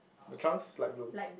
the trunks light blue